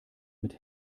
mit